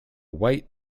white